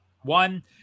One